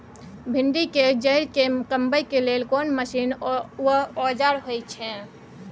भिंडी के जईर के कमबै के लेल कोन मसीन व औजार होय छै?